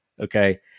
Okay